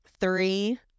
Three